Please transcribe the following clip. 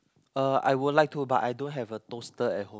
uh I would like to but I don't have a toaster at home